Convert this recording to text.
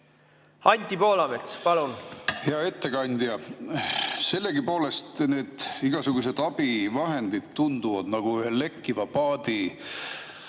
Anti Poolamets, palun! Hea ettekandja! Sellegipoolest need igasugused abivahendid tunduvad nagu lekkiva paadi